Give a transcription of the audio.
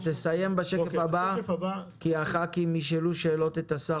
תסיים בשקף הבא כדי שחברי הכנסת ישאלו את השר שאלות לפני שהוא עוזב.